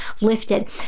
lifted